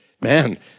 Man